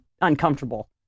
uncomfortable